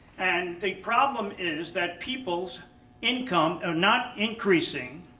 and the problem is that people's income are not increasing